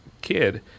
kid